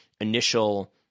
initial